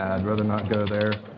and rather not go there.